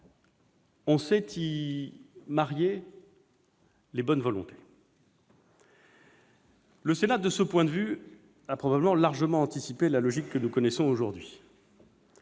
On sait y marier les bonnes volontés. Le Sénat, de ce point de vue, a probablement largement anticipé la logique que nous connaissons aujourd'hui.